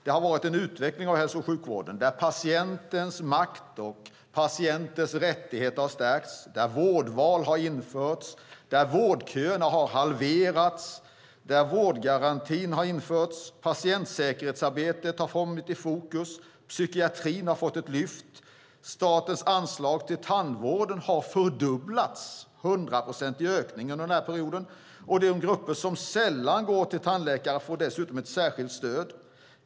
Det har skett en utveckling inom hälso och sjukvården där patientens makt och patientens rättigheter har stärkts, där vårdval har införts, där vårdköerna har halverats, där vårdgaranti har införts, där patientsäkerhetsarbetet har satts i fokus, där psykiatrin har fått ett lyft och där statens anslag till tandvården har fördubblats. Där har det skett en hundraprocentig ökning under perioden. De grupper som sällan går till tandläkaren får dessutom ett särskilt stöd.